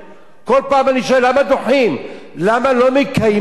למה לא מקיימים דיון רציני, מעמיק?